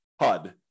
HUD